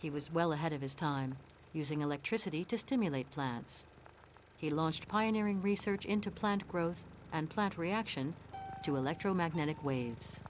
he was well ahead of his time using electricity to stimulate plants he launched pioneering research into plant growth and plant reaction to electromagnetic wa